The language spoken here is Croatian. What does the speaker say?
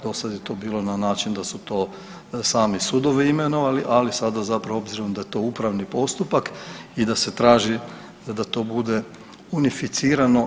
Do sada je to bilo na način da su to sami sudovi imenovali, ali sada zapravo obzirom da je to upravni postupak i da se traži da to bude unificirano.